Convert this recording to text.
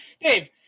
Dave